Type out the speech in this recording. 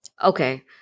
Okay